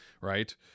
Right